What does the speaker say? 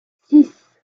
six